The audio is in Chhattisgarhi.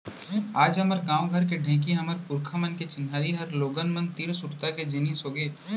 आज हमर गॉंव घर के ढेंकी हमर पुरखा मन के चिन्हारी हर लोगन मन तीर सुरता के जिनिस होगे